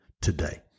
today